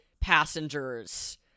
passengers